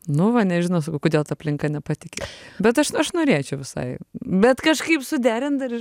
nu va nežinau sakau kodėl ta aplinka nepatiki bet aš aš norėčiau visai bet kažkaip suderint dar ir